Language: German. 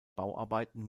bauarbeiten